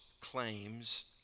claims